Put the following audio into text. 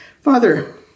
Father